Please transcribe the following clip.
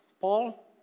Paul